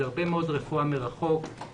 הרבה מאוד רפואה מרחוק,